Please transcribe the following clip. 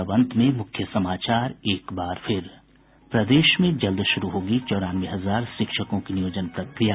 और अब अंत में मुख्य समाचार एक बार फिर प्रदेश में जल्द शुरू होगी चौरानवे हजार शिक्षकों की नियोजन प्रक्रिया